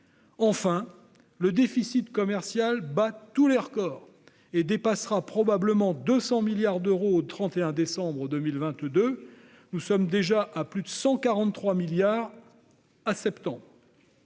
Enfin, le déficit commercial bat tous les records et dépassera probablement 200 milliards d'euros au 31 décembre 2022. Il avait déjà atteint plus de 143 milliards d'euros